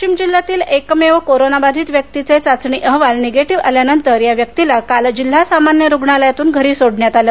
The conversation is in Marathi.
वाशिम जिल्ह्यातील एकमेव कोरोना बाधित व्यक्तीचे चाचणी अहवाल निगेटिव्ह आल्यानंतर या व्यक्तीला काल जिल्हा सामान्य रुग्णालयातून घरी सोडण्यात आले